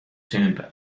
tomb